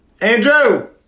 Andrew